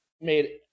made